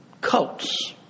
Cults